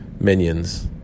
minions